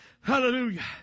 Hallelujah